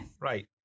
right